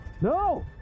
No